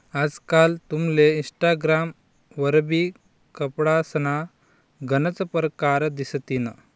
आजकाल तुमले इनस्टाग्राम वरबी कपडासना गनच परकार दिसतीन